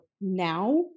now